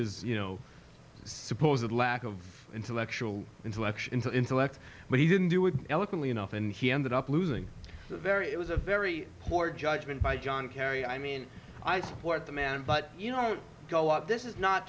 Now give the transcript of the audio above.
is you know supposedly intellectual intellection into intellect but he didn't do it eloquently enough and he ended up losing the very it was a very poor judgment by john kerry i mean i support the man but you know go up this is not